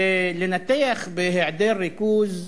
ולנתח בהיעדר ריכוז,